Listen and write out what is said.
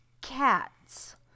cats